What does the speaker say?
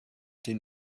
den